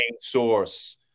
Source